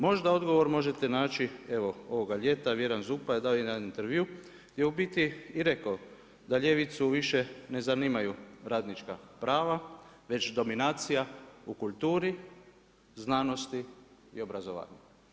Možda odgovor možete evo ovoga ljeta, Vjeran Zuppa je da jedan intervju gdje je u biti i rekao da ljevicu više ne zanimaju radnička prava već dominacija u kulturi, znanosti i obrazovanju.